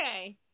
Okay